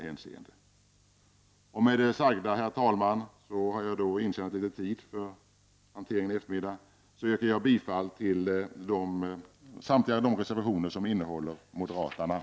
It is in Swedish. Herr talman! Jag vill med det sagda yrka bifall till samtliga de reservationer som har moderata namn.